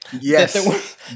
Yes